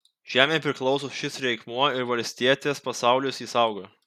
žemei priklauso šis reikmuo ir valstietės pasaulis jį saugo